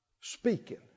Speaking